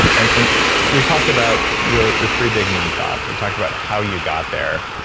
and and we talked about your your three big moonshots. we talked about how you got there.